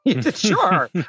sure